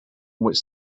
which